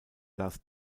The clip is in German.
lars